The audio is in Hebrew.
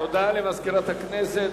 תודה למזכירת הכנסת.